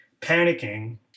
panicking